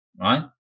right